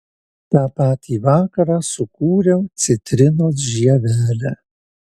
tą patį vakarą sukūriau citrinos žievelę